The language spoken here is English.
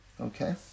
Okay